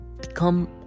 become